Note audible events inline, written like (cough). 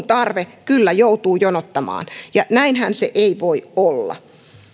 (unintelligible) tarve kyllä joutuu jonottamaan ja näinhän se ei voi olla